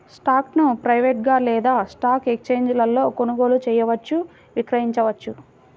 స్టాక్ను ప్రైవేట్గా లేదా స్టాక్ ఎక్స్ఛేంజీలలో కొనుగోలు చేయవచ్చు, విక్రయించవచ్చు